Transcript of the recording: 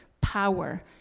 power